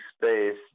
space